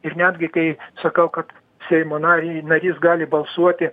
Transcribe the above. ir netgi kai sakau kad seimo narį narys gali balsuoti